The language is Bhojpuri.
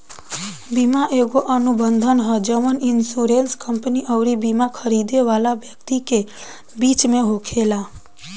बीमा एगो अनुबंध ह जवन इन्शुरेंस कंपनी अउरी बिमा खरीदे वाला व्यक्ति के बीच में होखेला